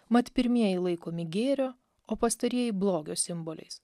mat pirmieji laikomi gėrio o pastarieji blogio simboliais